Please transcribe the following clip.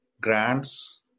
grants